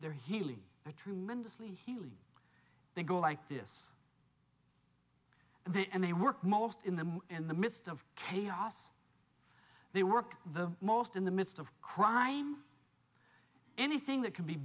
there healing tremendously healing they go like this and they and they work most in the in the midst of chaos they work the most in the midst of crime anything that can be